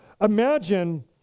Imagine